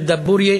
של דבורייה,